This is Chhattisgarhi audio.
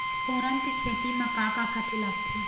फोरन के खेती म का का खातू लागथे?